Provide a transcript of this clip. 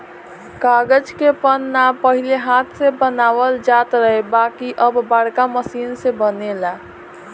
कागज के पन्ना पहिले हाथ से बनावल जात रहे बाकिर अब बाड़का मशीन से बनेला